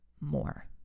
more